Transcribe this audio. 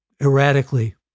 erratically